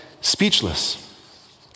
speechless